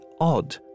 odd